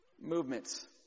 movements